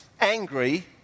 angry